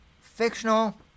fictional